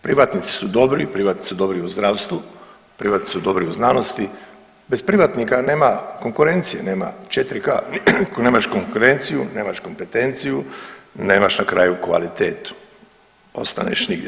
Privatnici su dobri, privatni su dobri i u zdravstvu, privatnici su dobri i u znanosti, bez privatnika nema konkurencije, nema 4K. Ako nemaš konkurenciju, nemaš kompetenciju, nemaš na kraju kvalitetu, ostaneš nigdje.